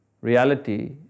reality